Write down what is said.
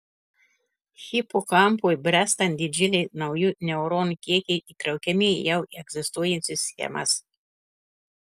hipokampui bręstant didžiuliai naujų neuronų kiekiai įtraukiami į jau egzistuojančias schemas